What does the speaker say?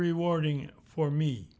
rewarding for me